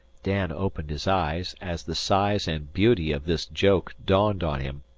dan opened his eyes as the size and beauty of this joke dawned on him.